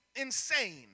insane